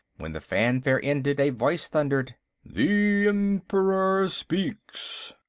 when the fanfare ended, a voice thundered the emperor speaks!